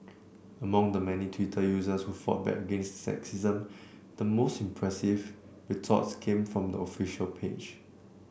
among the many Twitter users who fought back against the sexism the most impressive retorts came from the official page